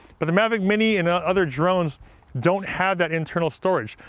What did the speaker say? but the mavic mini and other drones don't have that internal storage.